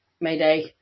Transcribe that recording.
Mayday